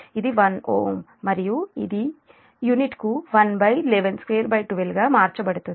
ఇది 1 Ω మరియు ఇది యూనిట్కు111212 గా మార్చబడుతుంది